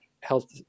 health